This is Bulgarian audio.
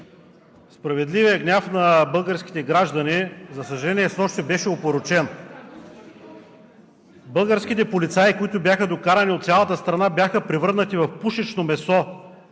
справедливият гняв на българските граждани, за съжаление, снощи беше опорочен. Българските полицаи, които бяха докарани от цялата страна, бяха превърнати в пушечно месо.